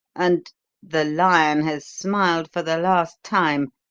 and the lion has smiled for the last time!